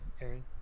Aaron